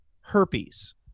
herpes